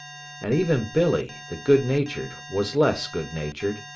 and even billee, the good-natured, was less good-natured,